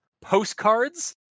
postcards